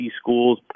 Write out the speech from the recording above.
schools